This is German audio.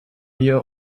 ihr